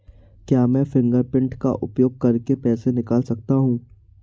क्या मैं फ़िंगरप्रिंट का उपयोग करके पैसे निकाल सकता हूँ?